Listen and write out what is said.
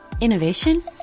Innovation